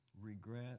regret